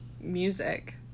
Music